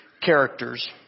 characters